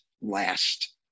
last